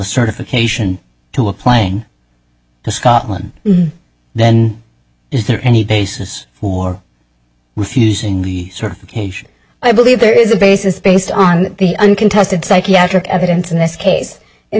certification to applying to scotland then is there any basis for refusing the certification i believe there is a basis based on the uncontested psychiatric evidence in this case in